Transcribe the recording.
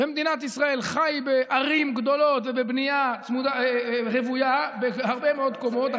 במדינת ישראל חי בערים גדולות ובבנייה רוויה ובהרבה מאוד קומות.